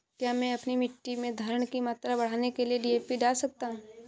क्या मैं अपनी मिट्टी में धारण की मात्रा बढ़ाने के लिए डी.ए.पी डाल सकता हूँ?